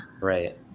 right